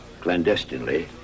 clandestinely